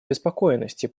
обеспокоенности